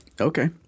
Okay